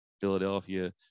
Philadelphia